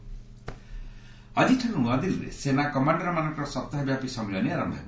ଆମି commander ଆକ୍ଟିଠାରୁ ନୂଆଦିଲ୍ଲୀରେ ସେନା କମାଣ୍ଡରମାନଙ୍କର ସପ୍ତାହବ୍ୟାପୀ ସମ୍ମିଳନୀ ଆରମ୍ଭ ହେବ